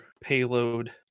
payload